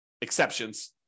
exceptions